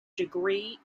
degree